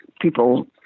people